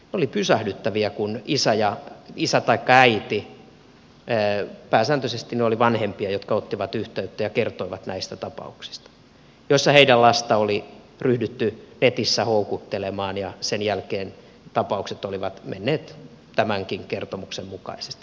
oli pysähdyttävää kun isä taikka äiti pääsääntöisesti ne olivat vanhempia jotka ottivat yhteyttä kertoi näistä tapauksista joissa heidän lastaan oli ryhdytty netissä houkuttelemaan ja sen jälkeen tapaukset olivat menneet tämänkin kertomuksen mukaisesti